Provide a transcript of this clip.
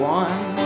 one